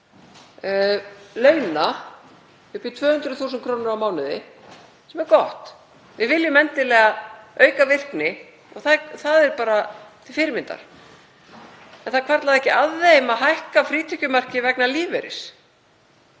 launa upp í 200.000 kr. á mánuði, sem er gott. Við viljum endilega auka virkni og það er bara til fyrirmyndar. En það hvarflaði ekki að þeim að hækka frítekjumark vegna lífeyris